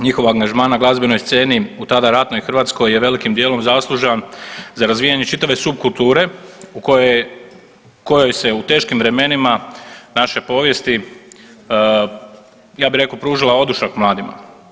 Njihov angažman na glazbenoj sceni u tada ratnoj Hrvatskoj je velikim dijelom zaslužan za razvijanje čitave subkulture kojoj se u teškim vremenima naše povijesti ja bih rekao pružila odušak mladima.